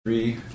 Three